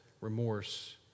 remorse